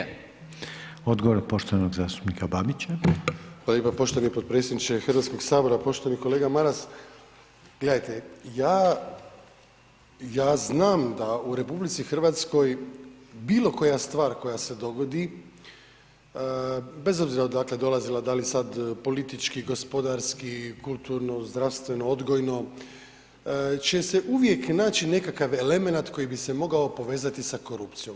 Hvala lijepa poštovani podpredsjedniče Hrvatskog sabora, poštovani kolega Maras, gledajte ja, ja znam da u RH bilo koja stvar koja se dogodi, bez obzira odakle dolazila, da li sad politički, gospodarski, kulturno, zdravstveno-odgojno će se uvijek naći nekakav elemenat koji bi se mogao povezati sa korupcijom.